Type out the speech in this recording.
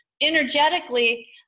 energetically